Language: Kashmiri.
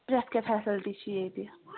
پرٛٮ۪تھ کینٛہہ فیسَلٹی چھِ ییٚتہِ